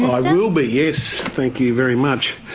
i will be, yes, thank you very much.